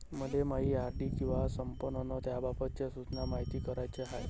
मले मायी आर.डी कवा संपन अन त्याबाबतच्या सूचना मायती कराच्या हाय